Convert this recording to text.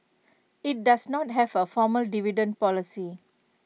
IT does not have A formal dividend policy